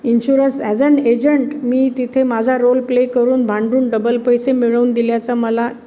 insurance as an agent मी तिथे माझा रोल प्ले करून भांडून डबल पैसे मिळवून दिल्याचा मला